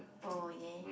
oh yeah